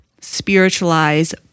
spiritualize